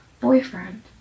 boyfriend